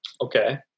Okay